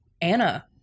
Anna